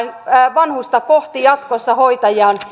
vanhusta kohti on hoitajia jatkossa